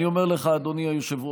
אני אומר לך, אדוני היושב-ראש,